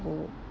who